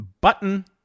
button